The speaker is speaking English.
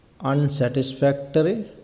unsatisfactory